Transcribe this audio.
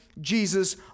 Jesus